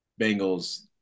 Bengals